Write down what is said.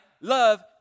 love